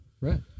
Right